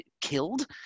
killed